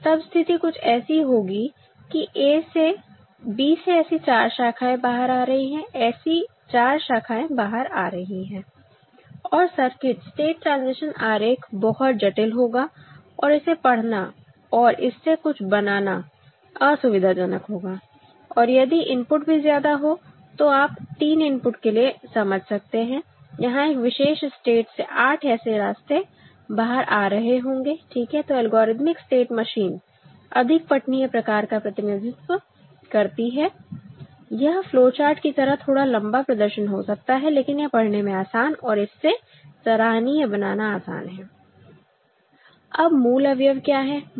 तब स्थिति कुछ ऐसी होगी कि a से b से ऐसी 4 शाखाएं बाहर आ रही है ऐसी 4 शाखाएं बाहर आ रही है और सर्किट स्टेट ट्रांजिशन आरेख बहुत जटिल होगा और इसे पढ़ना और इससे कुछ बनाना असुविधाजनक होगा और यदि इनपुट भी ज्यादा हो तो आप 3 इनपुट के लिए समझ सकते हैं यहां एक विशेष स्टेट से 8 ऐसे रास्ते बाहर आ रहे होंगे ठीक है तो एल्गोरिथमिक स्टेट मशीन अधिक पठनीय प्रकार का प्रतिनिधित्व करती है यह फ्लोचार्ट की तरह थोड़ा लंबा प्रदर्शन हो सकता है लेकिन यह पढ़ने में आसान है और इससे सराहनीय बनाना आसान है अब मूल अवयव क्या है